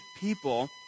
people